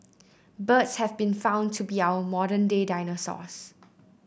birds have been found to be our modern day dinosaurs